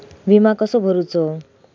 विमा कसो भरूचो?